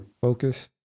Focus